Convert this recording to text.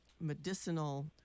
medicinal